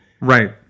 right